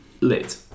lit